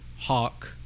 Hawk